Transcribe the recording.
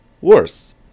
worse